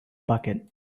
bucket